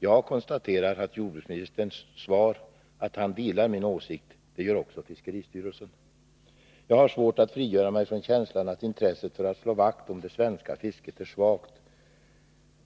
Jag konstaterar av jordbruksministerns svar att han delar min åsikt. Det gör också fiskeristyrelsen. Jag har svårt att frigöra mig från känslan att intresset för att slå vakt om det svenska fisket är svagt.